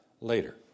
later